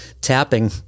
tapping